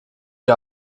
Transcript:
die